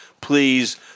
Please